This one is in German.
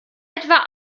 etwa